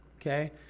Okay